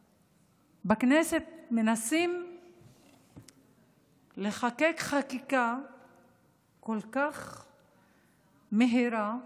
בכנסת, מנסים לחוקק חקיקה כל כך מהירה,